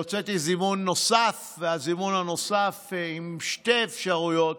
הוצאתי זימון נוסף, והזימון הנוסף עם שתי אפשרויות